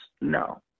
No